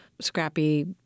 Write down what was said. scrappy